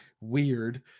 weird